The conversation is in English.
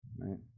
Right